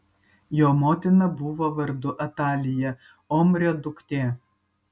jo motina buvo vardu atalija omrio duktė